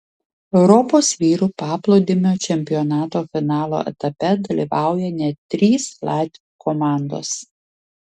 europos vyrų paplūdimio čempionato finalo etape dalyvauja net trys latvių komandos